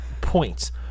points